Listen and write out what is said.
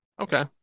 Okay